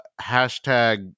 hashtag